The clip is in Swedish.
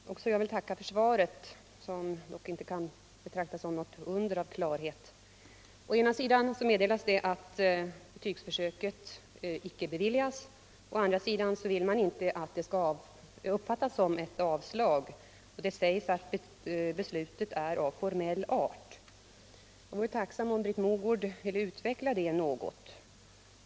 Herr talman! Också jag vill tacka för svaret, som dock inte kan betraktas som något under av klarhet. Å ena sidan meddelas det att ansökan om att få bedriva försöksverksamhet med betygsfri intagning icke beviljats. Å andra sidan vill regeringen inte att detta skall uppfattas som ett avslag. Det sägs att betslutet är av formell art. Jag vore tacksam om Britt Mogård ville utveckla det något.